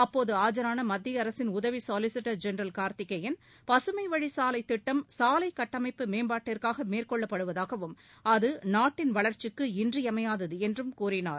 அப்போது ஆஜரான மத்திய அரசின் உதவி சொலிசிட்டல் ஜெனரல் கார்த்திகேயன் பசுமைவழிச் சாலைத் திட்டம் சாலை கட்டமைப்பு மேம்பாட்டிற்காக மேற்கொள்ளப்படுவதாகவும் அது நாட்டின் வள்ச்சிக்கு இன்றியமையாதது என்றும் கூறினார்